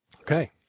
Okay